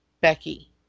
Becky